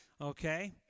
Okay